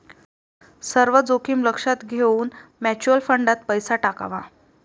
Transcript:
सर्व जोखीम लक्षात घेऊन म्युच्युअल फंडात पैसा टाकावा